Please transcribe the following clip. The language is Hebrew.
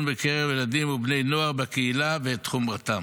בקרב ילדים ובני נוער בקהילה ואת חומרתם.